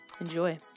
Enjoy